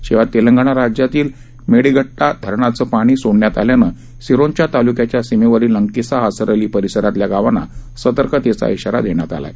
शिवाय तेलंगणा राज्यातील मेडिगड्डा धरणाचे पाणी सोडण्यात आल्यानं सिरोंचा ताल्क्याच्या सीमेवरील अंकिसा असरअली परिसरातल्या गावांना सतर्कतेचा इशारा देण्यात आला आहे